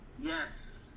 Yes